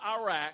Iraq